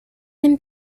and